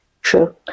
True